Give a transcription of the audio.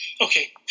Okay